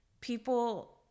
people